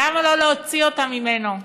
למה לא להוציא אותם ממנו?